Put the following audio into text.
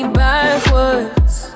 backwards